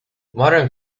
modern